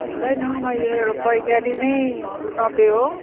हुँदैन मैले पैकारी नै नब्बे हो